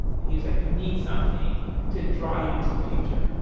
and he was like, you need something to draw you into the future.